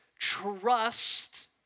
Trust